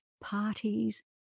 parties